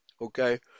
okay